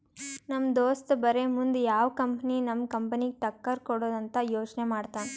ನಮ್ ದೋಸ್ತ ಬರೇ ಮುಂದ್ ಯಾವ್ ಕಂಪನಿ ನಮ್ ಕಂಪನಿಗ್ ಟಕ್ಕರ್ ಕೊಡ್ತುದ್ ಅಂತ್ ಯೋಚ್ನೆ ಮಾಡ್ತಾನ್